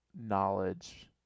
knowledge